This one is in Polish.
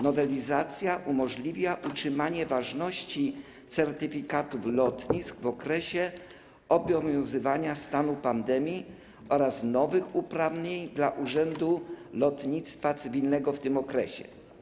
Nowelizacja umożliwia utrzymanie ważności certyfikatów lotnisk w okresie obowiązywania stanu pandemii oraz nowych uprawnień dla Urzędu Lotnictwa Cywilnego w tym okresie.